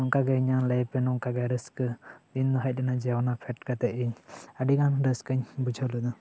ᱱᱚᱝᱠᱟ ᱤᱧᱟᱹᱜ ᱞᱟᱭᱤᱯ ᱨᱮ ᱱᱚᱝᱠᱟ ᱜᱮ ᱨᱟᱹᱥᱠᱟᱹ ᱫᱤᱱ ᱫᱚ ᱦᱮᱡ ᱞᱮᱱᱟ ᱚᱱᱟ ᱯᱷᱮᱰ ᱠᱟᱴᱮ ᱤᱧ ᱟᱹᱰᱤ ᱜᱟᱱ ᱨᱟᱹᱥᱠᱟᱹᱧ ᱵᱩᱡᱷᱟᱣ ᱞᱮᱫᱟ